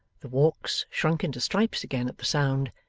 the walks shrunk into stripes again at the sound,